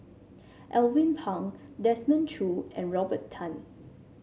Alvin Pang Desmond Choo and Robert Tan